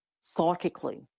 psychically